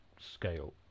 scale